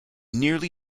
nearly